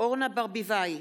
אורנה ברביבאי,